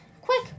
Quick